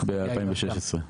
ב-2016.